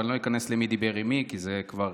ואני לא איכנס למי דיבר עם מי כי זה כבר